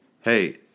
Hey